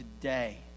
today